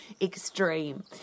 extreme